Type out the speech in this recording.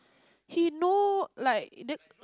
he know like then